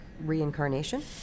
reincarnation